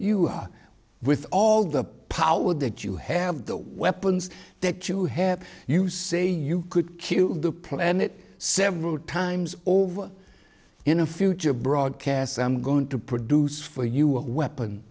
are with all the power that you have the weapons that you have you say you could kill the planet several times over in a future broadcast i'm going to produce for you a weapon